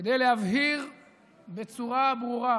כדי להבהיר בצורה ברורה